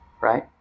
Right